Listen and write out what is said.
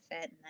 fit